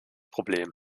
problem